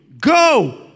Go